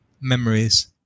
memories